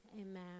Amen